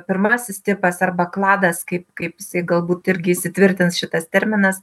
pirmasis tipas arba kladas kaip kaip jisai galbūt irgi įsitvirtins šitas terminas